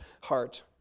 heart